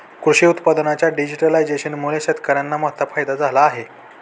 कृषी उत्पादनांच्या डिजिटलायझेशनमुळे शेतकर्यांना मोठा फायदा झाला आहे